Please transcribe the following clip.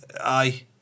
Aye